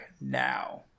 now